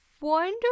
wonder